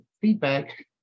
feedback